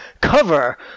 cover